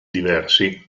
diversi